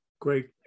Great